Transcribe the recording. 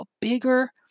bigger